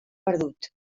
perdut